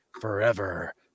forever